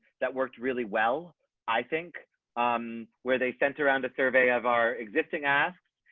that worked really well i think um where they sent around a survey of our existing asks,